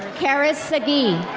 caris sagee.